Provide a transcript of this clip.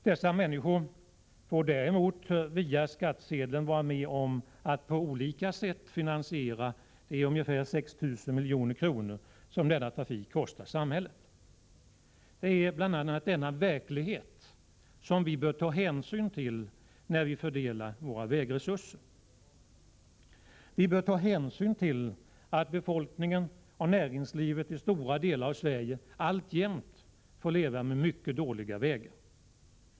Dessa människor får däremot via skattsedeln vara med om att på olika sätt finansiera de ca 6 000 milj.kr. som kollektivtrafiken kostar samhället. Det är bl.a. denna verklighet vi bör beakta när vi fördelar våra vägresurser. Vi bör ta hänsyn till att befolkningen och näringslivet i stora delar av Sverige alltjämt får leva med synnerligen dåliga vägar.